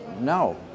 no